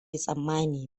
tsammani